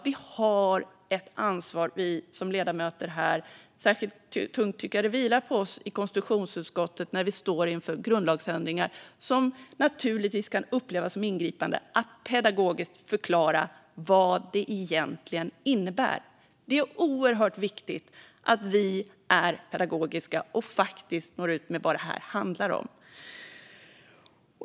Vi har ett ansvar som ledamöter - särskilt tungt tycker jag att det vilar på oss i konstitutionsutskottet - när vi står inför grundlagsändringar, som naturligtvis kan upplevas som ingripande, att pedagogiskt förklara vad det egentligen innebär. Det är oerhört viktigt att vi är pedagogiska och faktiskt når ut med vad det här handlar om.